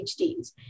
PhDs